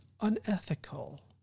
unethical